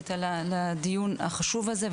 שעשית לדיון החשוב הזה,